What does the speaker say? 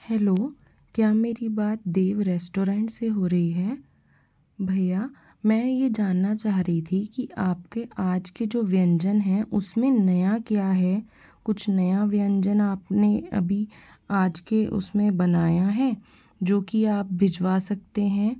hello क्या मेरी बात देव रेस्टोरेंट से हो रही है भैया मैं यह जानना चाह रही थी कि आपके आज के जो व्यंजन हैं उसमें नया क्या है कुछ नया व्यंजन आपने अभी आज के उसमें बनाया है जो की आप भिजवा सकते हैं